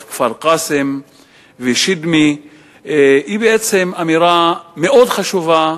כפר-קאסם ושדמי היא בעצם אמירה מאוד חשובה,